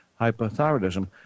hypothyroidism